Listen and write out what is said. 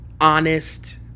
honest